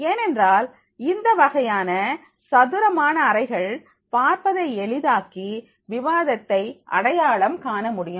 ஏனென்றால் இந்த வகையான சதுரமான அறைகள் பார்ப்பதை எளிதாக்கி விவாதத்தை அடையாளம் காண முடியும்